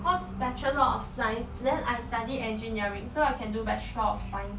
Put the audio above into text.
cause bachelor of science then I study engineering so I can do bachelor of science